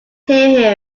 hear